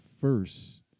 first